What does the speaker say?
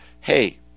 hey